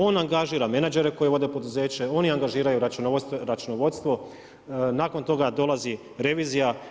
On angažira menadžere koji vode poduzeće, oni angažiraju računovodstvo, nakon toga dolazi revizija.